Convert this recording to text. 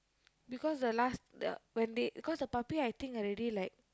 because the last the when they cause the puppy I think already like